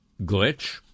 glitch